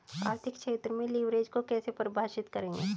आर्थिक क्षेत्र में लिवरेज को कैसे परिभाषित करेंगे?